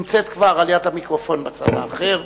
הנמצאת כבר ליד המיקרופון בצד האחר.